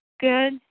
Good